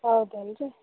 ಹೌದನು ರೀ